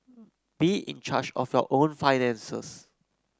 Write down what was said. be in charge of your own finances